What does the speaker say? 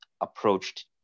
approached